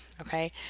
Okay